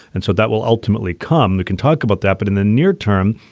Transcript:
and so that will ultimately come the kentucky about that. but in the near-term,